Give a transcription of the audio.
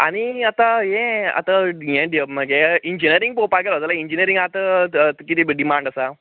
आनी आतां हें आतां हें म्हजें इन्जिनियरींग पोवपाक गेलो जाल्यार इन्जिनियरींग आतां कितें डिमांड आसा